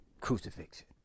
crucifixion